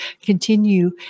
continue